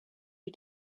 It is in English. who